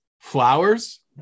flowers